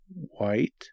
white